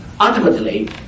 Ultimately